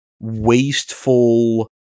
wasteful